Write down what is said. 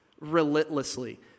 relentlessly